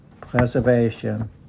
preservation